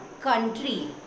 country